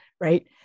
right